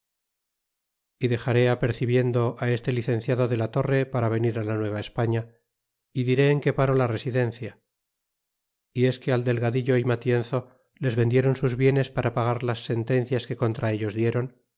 y dexaré aperci biendo este licenciado de la torre para venir la nueva españa y diré en que paró la residencia y es que al delgadillo y matienzo les vendieron sus bienes para pagar las sentencias que contra ellos dieron